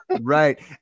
Right